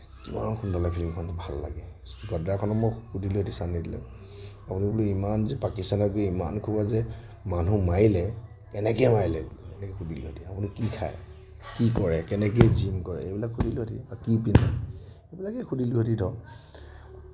ইমান সুন্দৰ ফিল্মখন ভাল লাগে গাদ্দাৰখনো মই সুধিলোঁহেতিন ছানী ডেওলক আপুনি বুলো ইমান যে পাকিস্তানক যে ইমানসোপা যে মানুহ মাৰিলে কেনেকে মাৰিলে তেনেকে সুধিলোঁ হেতিন আপুনি কি খায় কি কৰে কেনেকে জীম কৰে এইবিলাক সুধিলোঁহেতিন আৰু কি পিন্ধে এইবিলাকেই সুধিলোঁহেতিন ধৰক